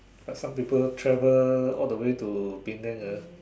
like some people travel all the way to Penang ah